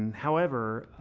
and however,